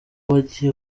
bagiye